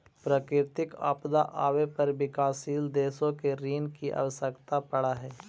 प्राकृतिक आपदा आवे पर विकासशील देशों को ऋण की आवश्यकता पड़अ हई